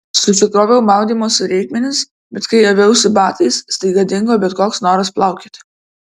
susikroviau maudymosi reikmenis bet kai aviausi batais staiga dingo bet koks noras plaukioti